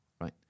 right